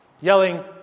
yelling